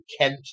Kent